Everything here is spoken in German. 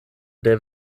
der